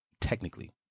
technically